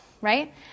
right